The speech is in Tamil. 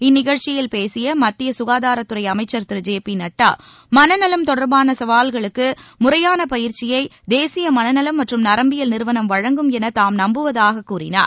இந்நிகழ்ச்சியில் பேசிய மத்திய சுகாதாரத்துறை அமைச்சர் திரு ஜே பி நட்டா மனநலம் தொடர்பான சவால்களுக்கு முறையான பயிற்சியை தேசிய மனநலம் மற்றும் நரம்பியல் நிறுவனம் வழங்கும் என தாம் நம்புவதாக கூறினார்